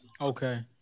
Okay